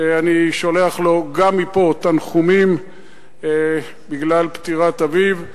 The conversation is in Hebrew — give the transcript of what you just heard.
שאני שולח לו גם מפה תנחומים על פטירת אביו,